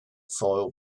file